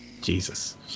Jesus